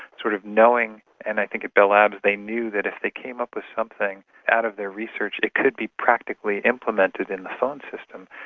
sort of knowing. and i think at bell labs they knew that if they came up with something out of their research it could be practically implemented in the phone system.